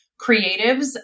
creatives